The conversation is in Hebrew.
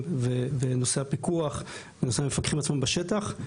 ונושא הפיקוח ונושא המפקחים עצמם בשטח.